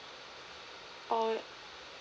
or